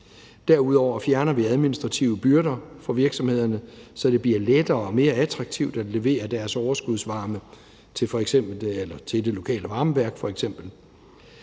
Derudover fjerner vi administrative byrder for virksomhederne, så det bliver lettere og mere attraktivt at levere deres overskudsvarme til f.eks. det lokale varmeværk.